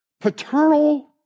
paternal